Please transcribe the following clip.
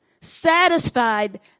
satisfied